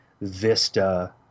Vista